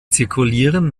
zirkulieren